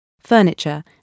furniture